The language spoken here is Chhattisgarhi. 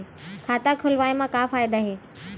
खाता खोलवाए मा का फायदा हे